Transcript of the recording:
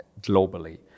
globally